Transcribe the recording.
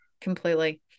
completely